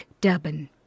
Durban